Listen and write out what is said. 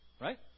Right